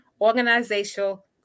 organizational